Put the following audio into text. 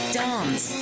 dance